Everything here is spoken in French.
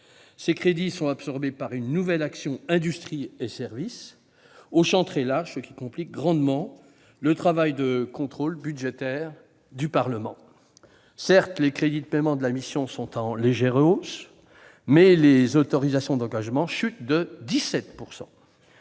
Ses crédits sont absorbés par une nouvelle action, Industrie et services, dont le champ très large complique grandement le travail de contrôle budgétaire du Parlement. Certes, les crédits de paiement de la mission sont en légère hausse, mais les autorisations d'engagement chutent de 17 %.